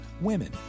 women